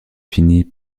finit